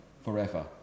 forever